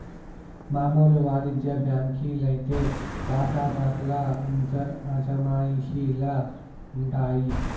మామూలు వానిజ్య బాంకీ లైతే వాటాదార్ల అజమాయిషీల ఉండాయి